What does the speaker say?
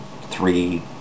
three